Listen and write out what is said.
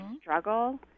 struggle